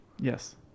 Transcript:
Yes